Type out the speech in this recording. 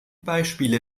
beispiele